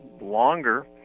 longer